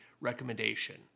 recommendation